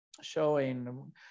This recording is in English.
showing